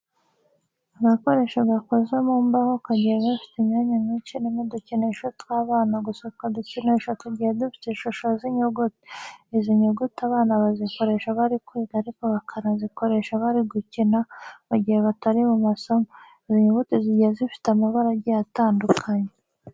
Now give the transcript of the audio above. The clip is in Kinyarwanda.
Agakoresho gakoze mu mbaho kagiye gafite imyanya myinshi irimo udukinisho tw'abana gusa utwo dukinisho tugiye dufite ishusho z'inyuguti. Izi nyuguti abana bazikoresha bari kwiga ariko bakanazikoresha bari gukina mu gihe batari mu masomo. Izi nyuguti zigiye zifite amabara agiye atandukanye.